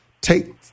take